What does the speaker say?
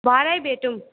भरे नै भेटौँ